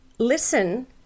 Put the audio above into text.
Listen